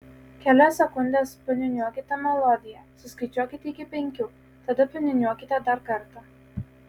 kelias sekundes paniūniuokite melodiją suskaičiuokite iki penkių tada paniūniuokite dar kartą